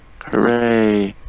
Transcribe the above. Hooray